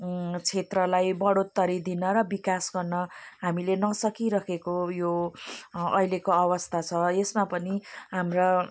क्षेत्रलाई बढोत्तरी दिन र विकास गर्न हामीले नसकिराखेको यो अहिलेको अवस्था छ यसमा पनि हाम्रा